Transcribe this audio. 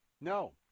No